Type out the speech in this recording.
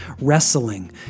wrestling